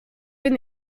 bin